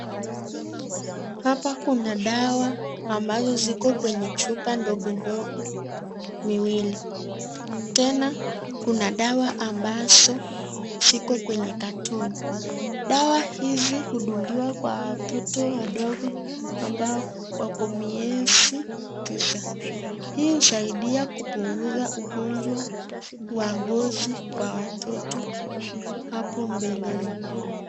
Hapa kuna dawa ambazo ziko kwenye chupa ndogo ndogo miwili. Tena kuna dawa ambazo ziko kwenye katoni. Dawa hizi hudungiwa kwa watoto wadogo ambao wako miezi tisa. Hii husaidia kupunguza ugonjwa wa ngozi kwa watoto hapo mbeleni.